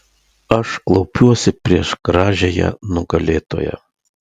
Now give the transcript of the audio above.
aš klaupiuosi prieš gražiąją nugalėtoją